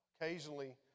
occasionally